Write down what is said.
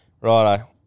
Righto